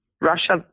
Russia